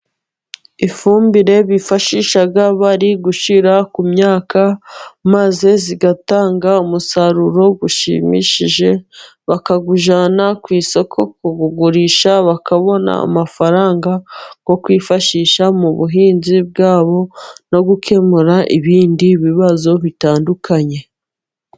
Ifumbire bifashisha bari gushyira ku myaka，maze igatanga umusaruro ushimishije，bakawujyana ku isoko kuwugurisha， bakabona amafaranga nko kwifashisha mu buhinzi bwabo， no gukemura ibindi bibazo bitandukanye.